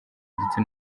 ndetse